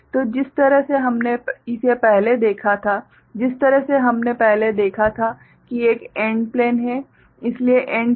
तो जिस तरह से हमने इसे पहले देखा था जिस तरह से हमने पहले देखा था कि एक AND प्लेन है